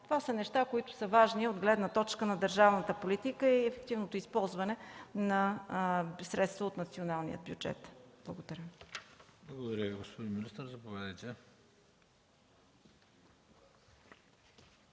Това са неща, които са важни от гледна точка на държавната политика и ефективното използване на средствата от националния бюджет. Благодаря.